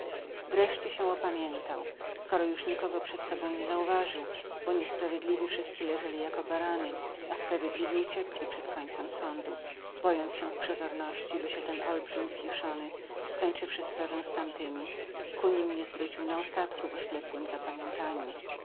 wreszcie się opamiętał skoro już nikogo przed sobą nie zauważył bo niesprawiedliwi wszyscy leżeli jako barany a sprawiedliwi uciekli przed końcem sądu bojąc się w przezorności by się ten olbrzym zjuszony skończywszy sprawę z tamtymi ku nim nie zwrócił naostatku w oślepłem zapamiętaniu